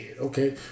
okay